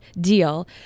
deal